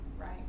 right